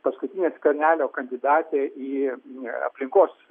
paskutinė skvernelio kandidatė į aplinkos